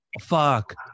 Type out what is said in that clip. fuck